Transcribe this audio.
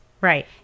Right